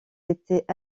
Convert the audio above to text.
étaient